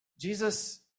Jesus